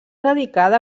dedicada